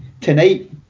tonight